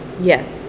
Yes